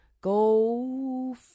go